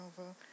over